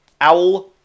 owl